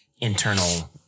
internal